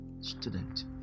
student